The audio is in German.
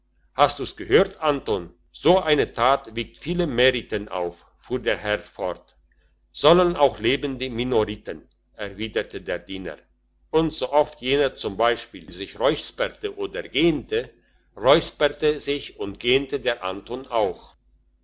hast du's gehört anton so eine tat wiegt viele meriten auf fuhr der herr fort sollen auch leben die minoriten erwiderte der diener und so oft jener z b sich räusperte oder gähnte räusperte sich und gähnte der anton auch